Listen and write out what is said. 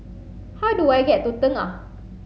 how do I get to Tengah